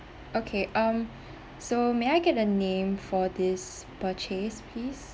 okay um so may I get a name for this purchase please